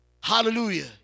Hallelujah